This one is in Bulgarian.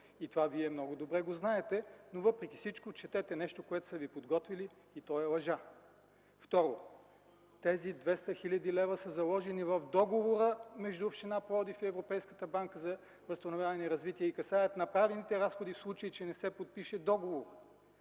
и това Вие много добре го знаете, но въпреки всичко четете нещо, което са Ви подготвили, и то е лъжа. Второ, тези 200 хил. лв. са заложени в договора между община Пловдив и Европейската банка за възстановяване и развитие и касаят направените разходи, в случай че не се подпише договор.